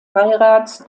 beirats